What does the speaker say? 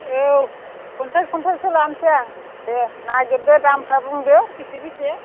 औ पन्सास पन्सासो लानोसै आं दे नागिरदो दामफ्रा बुंदो बेसे बेसे